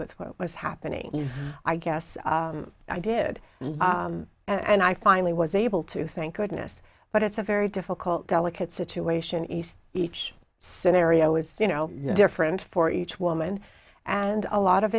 with what was happening i guess i did and i finally was able to thank goodness but it's a very difficult delicate situation east each scenario is you know different for each woman and a lot of